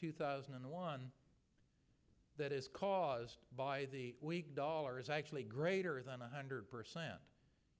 two thousand and one that is caused by the weak dollar is actually greater than one hundred percent